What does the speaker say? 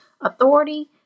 authority